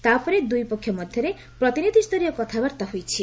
ତାପରେ ଦୁଇପକ୍ଷ ମଧ୍ୟରେ ପ୍ରତିନିଧି ସ୍ତରୀୟ କଥାବାର୍ତ୍ତା ହୋଇଛି